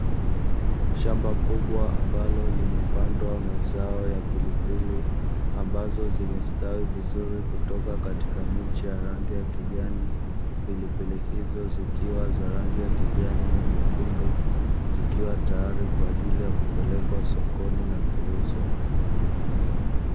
Shamba kubwa ambalo limepandwa mazao ya pilipili ambazo zimestawi vizuri kutoka katika miche ya rangi ya kijani, pilipili hizo zikiwa za rangi ya kijani na nyekundu, zikiwa tayari kwa ajili ya kupelekwa sokoni na kuuzwa.